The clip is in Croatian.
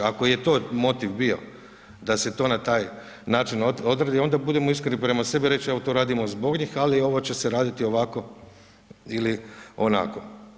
Ako je to motiv bio, da se to na taj način odredi, onda budimo iskreni prema sebi i reći, evo to radimo zbog njih, ali ovo će se raditi ovako ili onako.